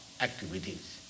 activities